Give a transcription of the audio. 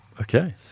Okay